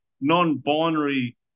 non-binary